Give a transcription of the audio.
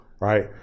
right